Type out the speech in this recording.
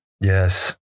Yes